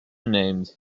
named